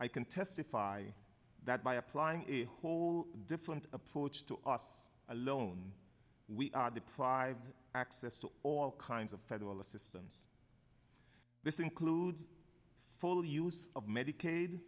i can testify that by applying a whole different approach to us alone we are deprived of access to all kinds of federal assistance this includes full use of medicaid